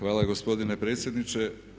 Hvala gospodine predsjedniče.